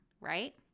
right